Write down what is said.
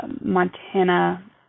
Montana